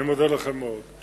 אני מודה לכם מאוד.